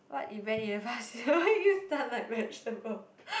what event in the past will make you stun like vegetable